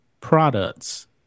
products